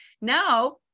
Now